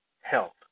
health